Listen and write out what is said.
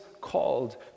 called